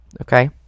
Okay